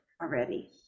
already